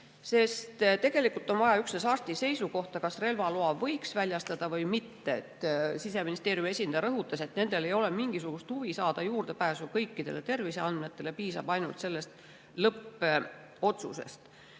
leitud. Tegelikult on vaja üksnes arsti seisukohta, kas relvaloa võiks väljastada või mitte. Siseministeeriumi esindaja rõhutas, et nendel ei ole mingisugust huvi saada juurdepääsu kõikidele terviseandmetele, piisab ainult sellest lõppotsusest.